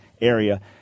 area